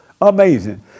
Amazing